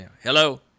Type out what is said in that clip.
Hello